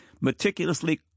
meticulously